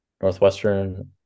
Northwestern